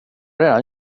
redan